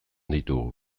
ditugu